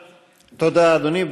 תודה, אדוני.